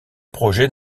projet